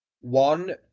One